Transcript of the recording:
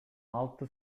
алты